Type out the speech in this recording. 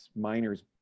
miners